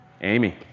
Amy